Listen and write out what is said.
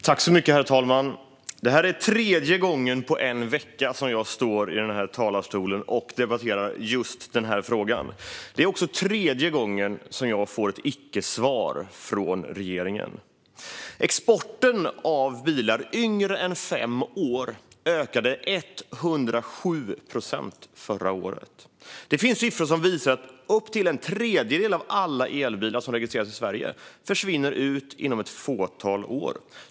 Herr talman! Det här är tredje gången på en vecka som jag står i talarstolen och debatterar denna fråga. Det är också tredje gången jag får ett icke-svar från regeringen. Exporten av bilar som är mindre än fem år gamla ökade förra året med 107 procent. Det finns siffror som visar att upp till en tredjedel av alla elbilar som registreras i Sverige försvinner ut inom ett fåtal år.